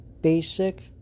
basic